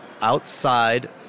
outside